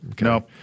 No